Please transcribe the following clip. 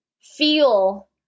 feel